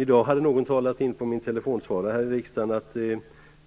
I dag hade någon talat in på min telefonsvarare i riksdagen att